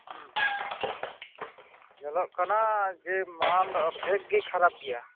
ᱧᱮᱞᱚᱜ ᱠᱟᱱᱟ ᱡᱮ ᱢᱟᱞ ᱚᱨᱫᱷᱮᱠ ᱜᱮ ᱠᱷᱟᱨᱟᱯ ᱜᱮᱭᱟ